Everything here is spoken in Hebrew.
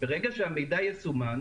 ברגע שהמידע יסומן,